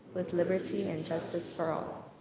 with liberty and justice for all.